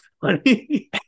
funny